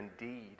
indeed